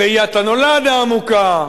ראיית הנולד העמוקה,